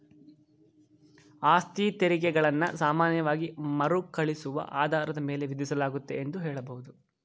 ಆಸ್ತಿತೆರಿಗೆ ಗಳನ್ನ ಸಾಮಾನ್ಯವಾಗಿ ಮರುಕಳಿಸುವ ಆಧಾರದ ಮೇಲೆ ವಿಧಿಸಲಾಗುತ್ತೆ ಎಂದು ಹೇಳಬಹುದು